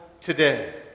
today